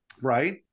right